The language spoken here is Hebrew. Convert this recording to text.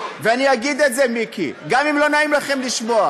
ואני אגיד את זה, מיקי, גם אם לא נעים לכם לשמוע.